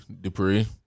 Dupree